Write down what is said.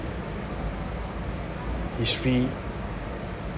history